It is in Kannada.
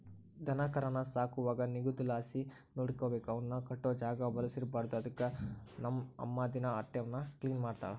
ದನಕರಾನ ಸಾಕುವಾಗ ನಿಗುದಲಾಸಿ ನೋಡಿಕಬೇಕು, ಅವುನ್ ಕಟ್ಟೋ ಜಾಗ ವಲುಸ್ ಇರ್ಬಾರ್ದು ಅದುಕ್ಕ ನಮ್ ಅಮ್ಮ ದಿನಾ ಅಟೇವ್ನ ಕ್ಲೀನ್ ಮಾಡ್ತಳ